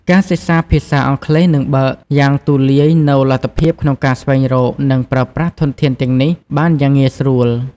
ការសិក្សាជាភាសាអង់គ្លេសនឹងបើកយ៉ាងទូលាយនូវលទ្ធភាពក្នុងការស្វែងរក និងប្រើប្រាស់ធនធានទាំងនេះបានយ៉ាងងាយស្រួល។